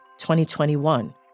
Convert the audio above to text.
2021